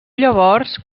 llavors